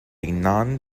non